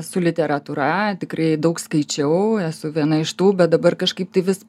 su literatūra tikrai daug skaičiau esu viena iš tų bet dabar kažkaip tai vis